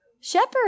Shepherd